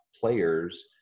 players